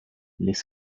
les